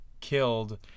killed